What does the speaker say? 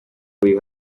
buri